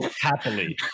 happily